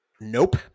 Nope